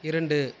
இரண்டு